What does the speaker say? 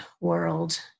world